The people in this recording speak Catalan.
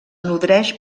nodreix